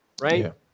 Right